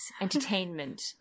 entertainment